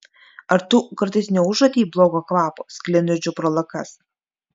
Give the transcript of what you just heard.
ar tu kartais neužuodei blogo kvapo sklindančio pro lakas